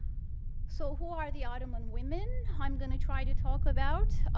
so, who are the ottoman women i'm going to try to talk about.